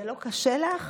זה לא קשה לך,